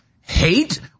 hate